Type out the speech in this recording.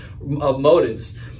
motives